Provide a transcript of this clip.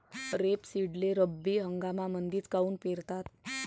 रेपसीडले रब्बी हंगामामंदीच काऊन पेरतात?